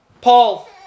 Paul